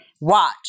Watch